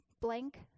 blank